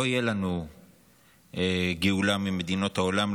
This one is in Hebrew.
לא תהיה לנו גאולה ממדינות העולם,